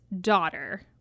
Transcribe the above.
daughter